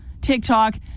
TikTok